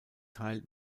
teil